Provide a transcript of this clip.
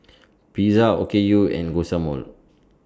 Pizza Okayu and Guacamole